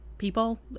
people